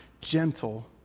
gentle